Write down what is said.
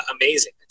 amazing